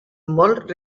molt